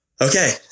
okay